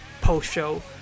post-show